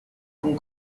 con